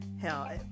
Hell